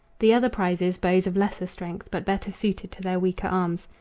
the other prizes, bows of lesser strength but better suited to their weaker arms.